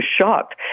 shocked